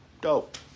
Dope